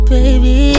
Baby